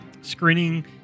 screening